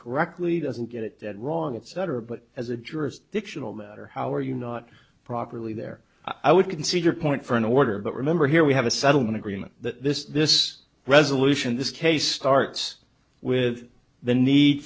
correctly doesn't get it wrong etc but as a jurisdictional matter how are you not properly there i would concede your point for an order but remember here we have a settlement agreement that this this resolution this case starts with the need